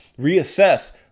reassess